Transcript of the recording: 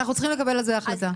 אנחנו צריכים לקבל על זה החלטה.